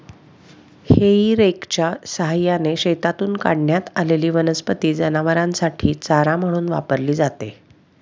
हेई रेकच्या सहाय्याने शेतातून काढण्यात आलेली वनस्पती जनावरांसाठी चारा म्हणून वापरली जाते